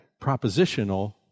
propositional